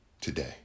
today